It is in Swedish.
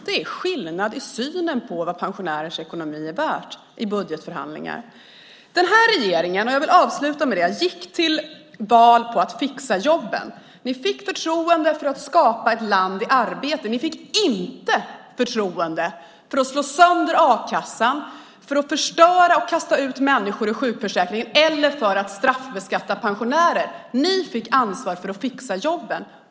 Det är skillnad i synen på vad pensionärers ekonomi är värd i budgetförhandlingarna. Jag vill avsluta med att säga att den här regeringen gick till val på att fixa jobben. Ni fick förtroendet för att skapa ett land i arbete. Ni fick inte förtroendet för att slå sönder a-kassan, för att kasta ut människor ur sjukförsäkringen eller för att straffbeskatta pensionärer. Ni fick ansvar för att fixa jobben.